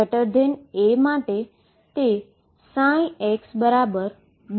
xa માટે તે xDe2mE2x છે